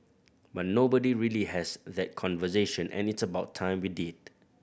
but nobody really has that conversation and it's about time we did